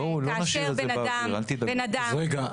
וכאשר בן אדם מוכח --- רגע,